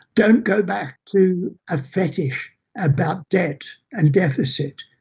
don't go back to a fetish about debt and deficit,